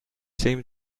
seem